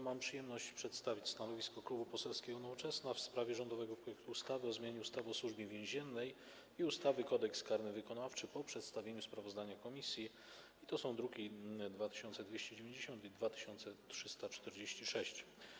Mam przyjemność przedstawić stanowisko Klubu Poselskiego Nowoczesna w sprawie rządowego projektu ustawy o zmianie ustawy o Służbie Więziennej i ustawy Kodeks karny wykonawczy po przedstawieniu sprawozdania komisji, druki nr 2290 i 2346.